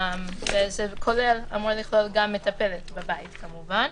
וזה אמור לכלול גם מטפלת בבית כמובן.